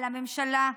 על הממשלה,